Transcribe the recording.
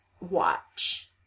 watch